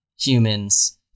humans